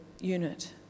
unit